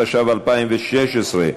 התשע"ו 2016,